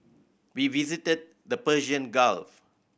we visited the Persian Gulf